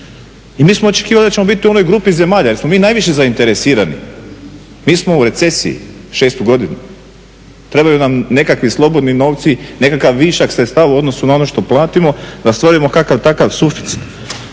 I mi smo očekivali da ćemo biti u onoj grupi zemalja jer smo mi najviše zainteresirani, mi smo u recesiji šestu godinu, trebaju nam nekakvi slobodni novci, nekakav višak sredstava u odnosu na ono što platimo da stvorimo kakav takav suficit.